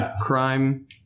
crime